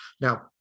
Now